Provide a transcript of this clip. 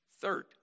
Third